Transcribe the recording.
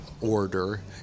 order